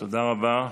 תודה רבה.